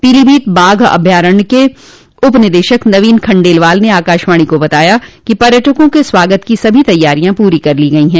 पीलीभीत बाघ अभयारण्य के उपनिदेशक नवीन खंडेलवाल ने आकाशवाणो को बताया कि पर्यटकों के स्वागत की सभी तैयारियां पूरी कर ली गई हैं